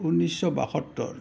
উনৈছশ বাসত্তৰ